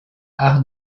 art